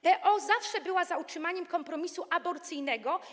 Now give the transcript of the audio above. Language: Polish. PO zawsze była za utrzymaniem kompromisu aborcyjnego.